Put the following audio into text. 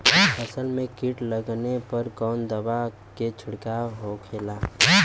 फसल में कीट लगने पर कौन दवा के छिड़काव होखेला?